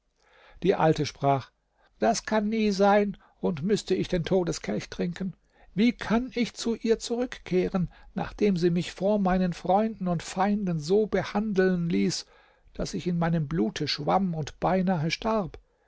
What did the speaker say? die alte sprach das kann nie sein und müßte ich den todeskelch trinken wie kann ich zu ihr zurückkehren nachdem sie mich vor meinen freunden und feinden so behandeln ließ daß ich in meinem blute schwamm und beinahe starb